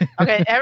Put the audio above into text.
Okay